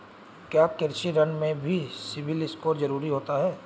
क्या कृषि ऋण में भी सिबिल स्कोर जरूरी होता है?